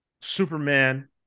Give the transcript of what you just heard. Superman